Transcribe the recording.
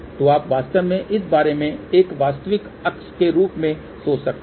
तो आप वास्तव में इस बारे में एक वास्तविक अक्ष के रूप में सोच सकते हैं